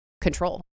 control